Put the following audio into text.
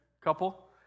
couple